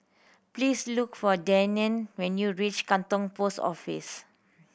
please look for Deanne when you reach Katong Post Office